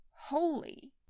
holy